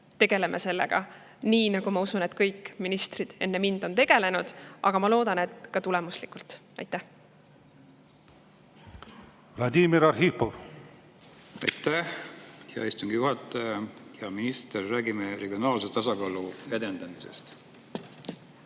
tegeleme sellega nii, nagu, ma usun, kõik ministrid enne mind on tegelenud, aga ma loodan, et ka tulemuslikult. Vladimir Arhipov. Aitäh, hea istungi juhataja! Hea minister! Räägime regionaalse tasakaalu edendamisest.